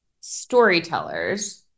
storytellers